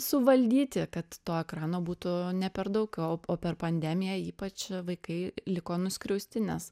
suvaldyti kad to ekrano būtų ne per daug o o per pandemiją ypač vaikai liko nuskriausti nes